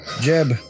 Jeb